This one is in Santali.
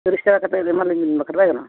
ᱛᱤᱨᱤᱥ ᱴᱟᱠᱟ ᱠᱟᱛᱮᱫ ᱮᱢᱟᱞᱤᱧᱵᱤᱱ ᱵᱟᱠᱷᱟᱱ ᱫᱚ ᱵᱟᱭ ᱜᱟᱱᱚᱜᱼᱟ